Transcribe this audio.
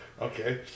Okay